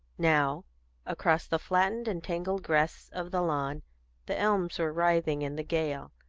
now across the flattened and tangled grass of the lawn the elms were writhing in the gale,